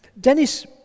Dennis